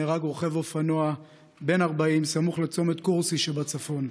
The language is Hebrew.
נהרג רוכב אופנוע בן 40 סמוך לצומת כורסי שבצפון,